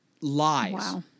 lies